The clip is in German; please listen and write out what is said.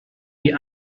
die